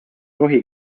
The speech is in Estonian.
rohi